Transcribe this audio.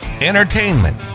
entertainment